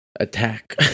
attack